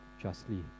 justly